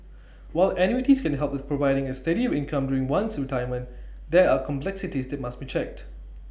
while annuities can help with providing A steady income during one's retirement there are complexities that must be checked